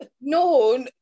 no